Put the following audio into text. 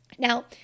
Now